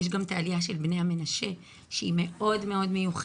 יש גם את העלייה של בני המנשה שהיא מאוד מיוחדת.